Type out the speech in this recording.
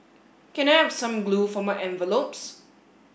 can I have some glue for my envelopes